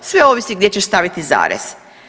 Sve ovisi gdje ćeš staviti zarez.